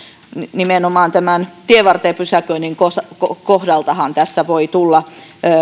nimenomaan tienvarteen pysäköinnin kohdallahan tässä voi tulla